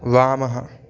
वामः